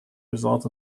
result